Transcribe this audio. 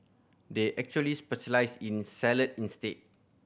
they actually specialise in salad instead